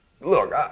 look